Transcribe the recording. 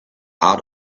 out